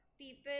people